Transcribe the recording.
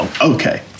Okay